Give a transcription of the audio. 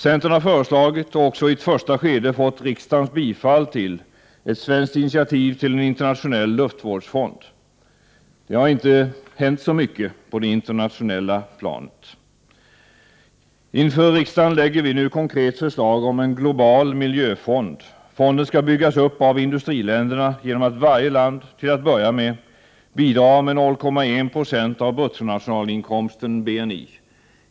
Centern har föreslagit — och också i ett första skede fått riksdagens bifall till — ett svenskt initiativ till en internationell luftvårdsfond. Det har inte hänt så mycket på det internationella planet. Inför riksdagen lägger vi nu konkret förslag om en global miljöfond. Fonden skall byggas upp av industriländerna genom att varje land, till att börja med, bidrar med 0,1 96 av bruttonationalinkomsten, BNI.